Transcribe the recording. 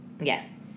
Yes